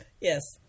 Yes